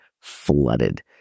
flooded